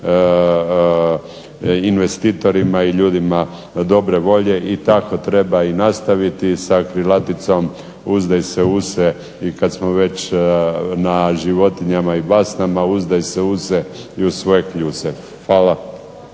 investitorima i ljudima dobre volje i tako treba i nastaviti sa krilaticom "uzdaj se u se" i kad smo već na životinjama i basnama "uzdaj se u se i u svoje kljuse". Hvala.